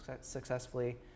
successfully